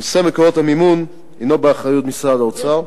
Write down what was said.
נושא מקורות המימון הינו באחריות משרד האוצר,